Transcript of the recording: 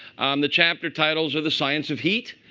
um the chapter titles are the science of heat.